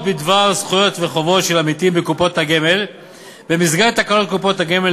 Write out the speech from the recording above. בדבר זכויות וחובות של עמיתים בקופות הגמל במסגרת תקנון קופות הגמל,